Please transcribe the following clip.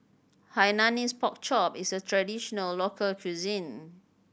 Hainanese Pork Chop is a traditional local cuisine